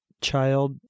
child